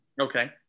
okay